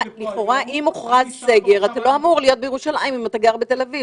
לכאורה אם הוכרז סגר אתה לא אמור להיות בירושלים אם אתה גר בתל אביב,